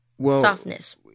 softness